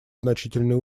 значительные